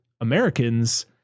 Americans